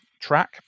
track